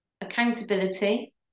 accountability